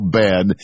bad